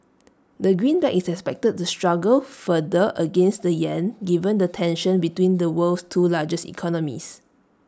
the greenback is expected to struggle further against the Yen given the tension between the world's two largest economies